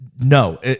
No